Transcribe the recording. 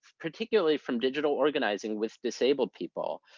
particularly, from digital organizing with disabled people.